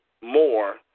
more